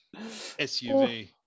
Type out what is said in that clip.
SUV